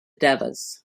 devas